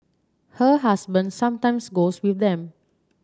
her husband sometimes goes with them